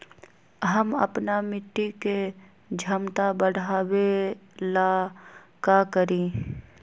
हम अपना मिट्टी के झमता बढ़ाबे ला का करी?